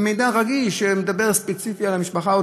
אלא מידע רגיש שמדבר על משפחה ספציפית,